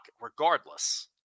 regardless